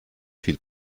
viel